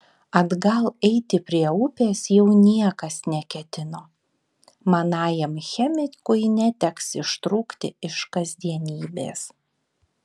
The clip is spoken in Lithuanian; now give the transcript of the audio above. atgal eiti prie upės jau niekas neketino manajam chemikui neteks ištrūkti iš kasdienybės